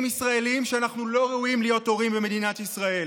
ישראלים שאנחנו לא ראויים להיות הורים במדינת ישראל?